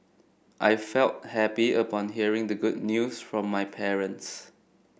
I felt happy upon hearing the good news from my parents